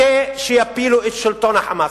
כדי שיפילו את שלטון ה"חמאס",